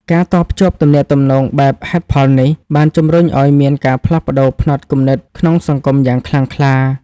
ការតភ្ជាប់ទំនាក់ទំនងបែបហេតុផលនេះ បានជំរុញឱ្យមានការផ្លាស់ប្តូរផ្នត់គំនិតក្នុងសង្គមយ៉ាងខ្លាំងក្លា។